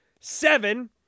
seven